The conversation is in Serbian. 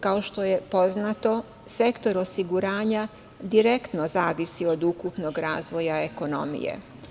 Kao što je poznato, sektor osiguranja direktno zavisi od ukupnog razvoja ekonomije.